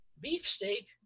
beefsteak